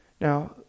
Now